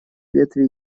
ветви